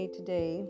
today